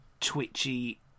twitchy